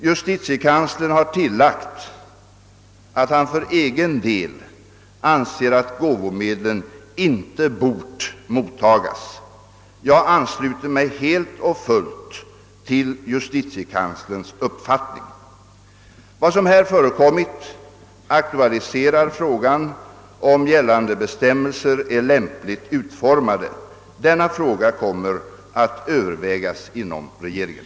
Justitiekanslern har tillagt att han för egen del anser att gåvomedlen inte bort mottagas. Jag ansluter mig helt och fullt till justitiekanslerns uppfattning. Vad som här förekommit aktualiserar frågan huruvida gällande bestämmelser är lämpligt utformade. Denna fråga kommer att övervägas inom regeringen.